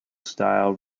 style